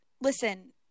Listen